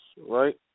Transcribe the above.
right